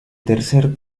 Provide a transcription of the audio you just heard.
tercer